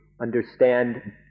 understand